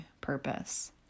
purpose